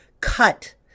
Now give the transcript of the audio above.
cut